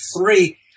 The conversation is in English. three